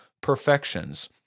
perfections